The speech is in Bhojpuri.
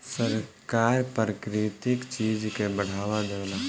सरकार प्राकृतिक चीज के बढ़ावा देवेला